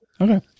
Okay